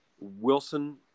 Wilson